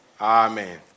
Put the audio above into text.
Amen